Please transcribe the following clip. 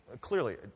clearly